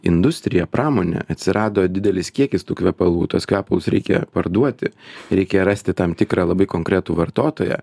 industrija pramonė atsirado didelis kiekis tų kvepalų tuos kvepalus reikia parduoti reikia rasti tam tikrą labai konkretų vartotoją